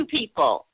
people